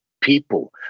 people